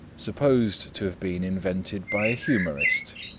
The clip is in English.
supposed to have been invented by a humorist.